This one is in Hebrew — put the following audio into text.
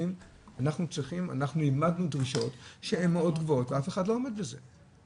אנחנו העמדנו דרישות שהן מאוד גבוהות ואף אחד לא עומד בזה.